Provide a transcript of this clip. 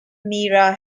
mira